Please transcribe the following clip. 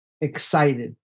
excited